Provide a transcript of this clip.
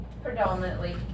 Predominantly